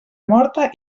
morta